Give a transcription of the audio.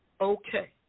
okay